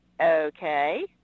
okay